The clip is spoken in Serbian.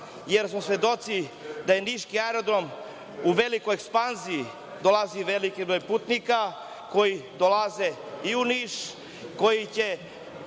jer smo svedoci da je niški aerodrom u velikoj ekspanziji, dolazi veliki broj putnika koji dolaze i u Niš, koji će